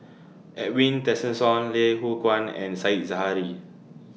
Edwin Tessensohn Loh Hoong Kwan and Said Zahari